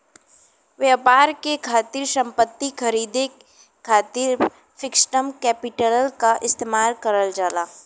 व्यापार के खातिर संपत्ति खरीदे खातिर फिक्स्ड कैपिटल क इस्तेमाल करल जाला